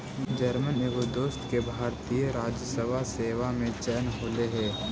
जमर एगो दोस्त के भारतीय राजस्व सेवा में चयन होले हे